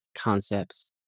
concepts